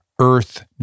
earth